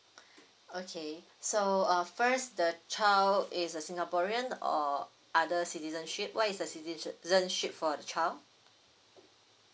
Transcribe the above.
okay so uh first the child is a singaporean or other citizenship what is the citizenship for the child